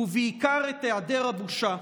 ובעיקר את היעדר הבושה.